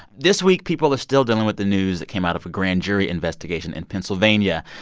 this week, people are still dealing with the news that came out of a grand jury investigation in pennsylvania.